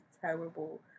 terrible